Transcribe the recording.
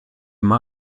mal